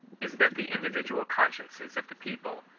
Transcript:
is that the individual con sciences of the people,